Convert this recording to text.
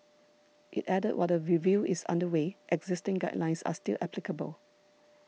it added that while the review is under way existing guidelines are still applicable